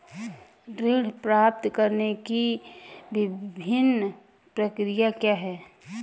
ऋण प्राप्त करने की विभिन्न प्रक्रिया क्या हैं?